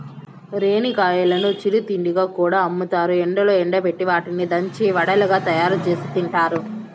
రేణిగాయాలను చిరు తిండిగా కూడా అమ్ముతారు, ఎండలో ఎండబెట్టి వాటిని దంచి వడలుగా తయారుచేసి తింటారు